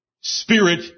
Spirit